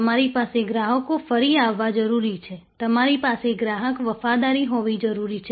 તમારી પાસે ગ્રાહકો ફરી આવવા જરૂરી છે તમારી પાસે ગ્રાહક વફાદારી હોવી જરૂરી છે